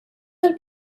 tal